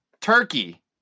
Turkey